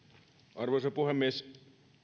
arvoisa puhemies